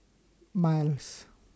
Miles